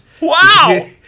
Wow